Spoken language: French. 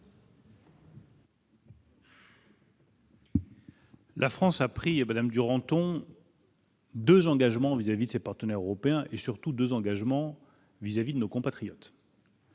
La France a pris et Madame Duranton. 2 engagements vis-à-vis de ses partenaires européens et surtout 2 engagements vis-à-vis de nos compatriotes.